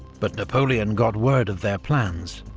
but napoleon got word of their plans,